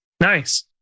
Nice